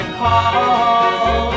call